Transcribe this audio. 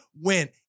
went